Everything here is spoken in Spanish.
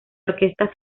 orquesta